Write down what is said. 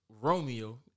Romeo